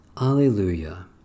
Alleluia